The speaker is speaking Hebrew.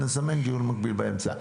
נזמן דיון מקביל באמצע.